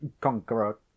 conqueror